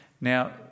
Now